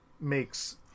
makes